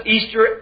Easter